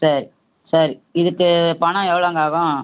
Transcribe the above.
சரி சரி இதுக்கு பணம் எவ்வளோங்க ஆகும்